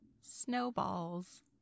Snowballs